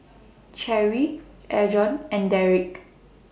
Cherry Adron and Derrick